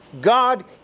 God